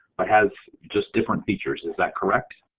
but has just different features, is that correct?